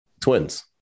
twins